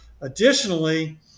Additionally